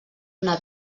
una